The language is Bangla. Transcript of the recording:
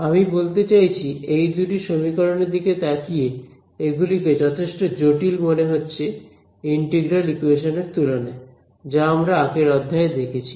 আমি বলতে চাইছি এই দুটি সমীকরণের দিকে তাকিয়ে এগুলিকে যথেষ্ট জটিল মনে হচ্ছে ইন্টিগ্রাল ইকুয়েশন এর তুলনায় যা আমরা আগের অধ্যায় এ দেখেছি